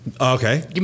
okay